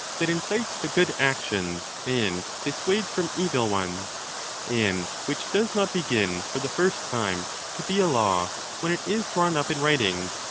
that incites to good actions and dissuades from evil ones and which does not begin for the first time to be a law when it is drawn up in writing,